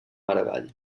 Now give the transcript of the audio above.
maragall